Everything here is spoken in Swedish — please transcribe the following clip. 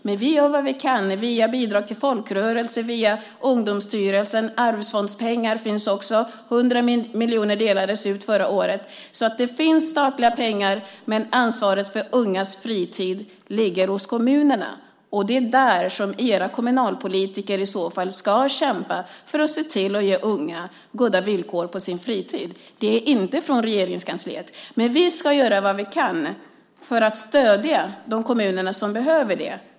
Men vi gör vad vi kan via bidrag till folkrörelser och via Ungdomsstyrelsen. Det finns också arvsfondspengar. 100 miljoner delades ut förra året. Det finns statliga pengar, men ansvaret för ungas fritid ligger hos kommunerna. Det är där som era kommunalpolitiker ska kämpa för att se till att ge unga goda villkor på deras fritid. Det ska inte ske från Regeringskansliet. Vi ska göra vad vi kan för att ge de kommuner som behöver det stöd.